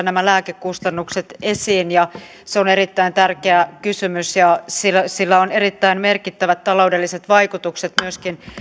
nämä lääkekustannukset myöskin tässä esiin ja se on erittäin tärkeä kysymys ja sillä on erittäin merkittävät taloudelliset vaikutukset myöskin